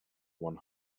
one